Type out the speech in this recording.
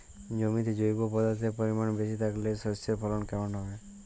জমিতে জৈব পদার্থের পরিমাণ বেশি থাকলে শস্যর ফলন কেমন হবে?